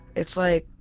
it's like